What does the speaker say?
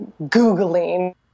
Googling